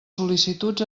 sol·licituds